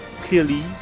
clearly